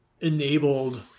enabled